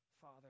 Father